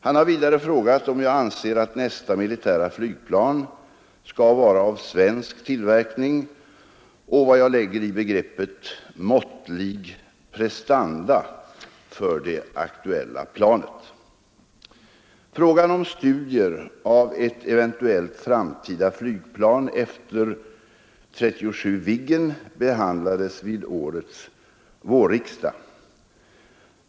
Han har vidare frågat om jag anser att nästa militära flygplan skall vara av svensk tillverkning och vad jag lägger i begreppet ”måttliga prestanda” för det aktuella planet. Frågan om studier av ett eventuellt framtida flygplan efter 37 Viggen behandlades vid årets vårriksdag.